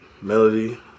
melody